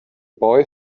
boy